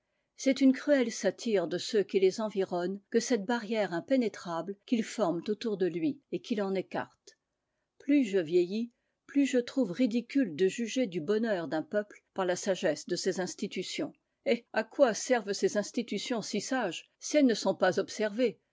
c'est une cruelle satire de ceux qui les environnent que cette barrière impénétrable qu'ils forment autour de lui et qui l'en écarte plus je vieillis plus je trouve ridicule de juger du bonheur d'un peuple par la sagesse de ses institutions eh à quoi servent ces institutions si sages si elles ne sont pas observées